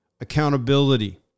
accountability